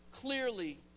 clearly